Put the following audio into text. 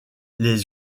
les